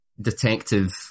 detective